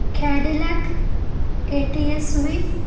cadillac A T S V